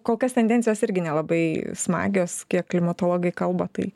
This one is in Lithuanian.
kol kas tendencijos irgi nelabai smagios kiek klimatologai kalba tai